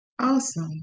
Awesome